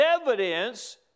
evidence